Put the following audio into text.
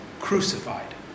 crucified